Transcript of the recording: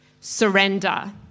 Surrender